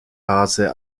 haase